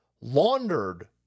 laundered